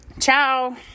Ciao